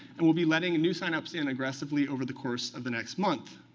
and we'll be letting a new sign-ups in aggressively over the course of the next month.